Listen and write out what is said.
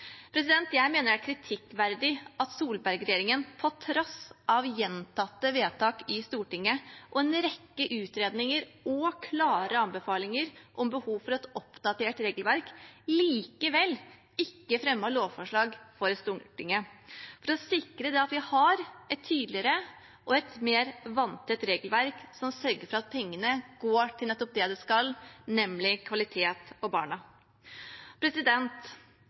Jeg mener det er kritikkverdig at Solberg-regjeringen på tross av gjentatte vedtak i Stortinget og en rekke utredninger og klare anbefalinger om behov for et oppdatert regelverk, likevel ikke fremmet lovforslag for Stortinget for å sikre et tydeligere og mer vanntett regelverk som sørger for at pengene går til det de skal, nemlig kvalitet for barna.